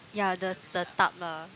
yeah the the tub lah